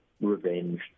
revenge